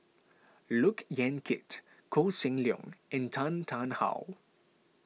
Look Yan Kit Koh Seng Leong and Tan Tarn How